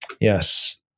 Yes